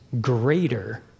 greater